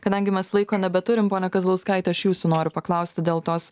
kadangi mes laiko nebeturim pone kazlauskaite aš jūsų noriu paklausti dėl tos